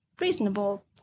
reasonable